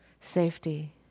Safety